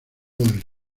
del